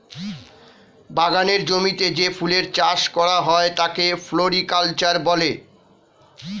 বাগানের জমিতে যে ফুলের চাষ করা হয় তাকে ফ্লোরিকালচার বলে